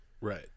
Right